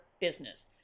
business